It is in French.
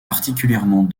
particulièrement